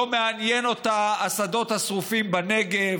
לא מעניינים אותה השדות השרופים בנגב,